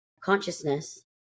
consciousness